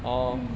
mm